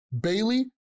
Bailey